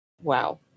Wow